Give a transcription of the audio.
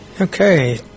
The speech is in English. Okay